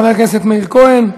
חבר הכנסת מאיר כהן,